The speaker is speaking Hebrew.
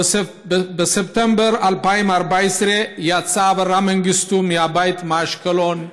בספטמבר 2014, יצא אברה מנגיסטו מהבית מאשקלון,